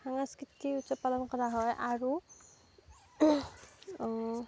সাংস্কৃতিক উৎসৱ পালন কৰা হয় আৰু